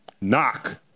Knock